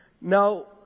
Now